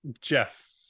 Jeff